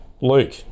Luke